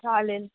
चालेल